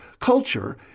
Culture